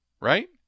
right